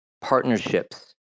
partnerships